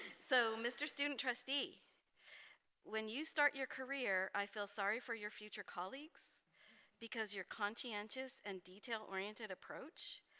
so mr. student trustee when you start your career i feel sorry for your future colleagues because you're conscientious and detail-oriented approach